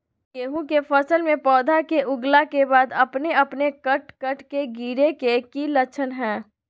गेहूं के फसल में पौधा के उगला के बाद अपने अपने कट कट के गिरे के की लक्षण हय?